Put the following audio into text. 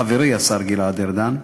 חברי השר גלעד ארדן,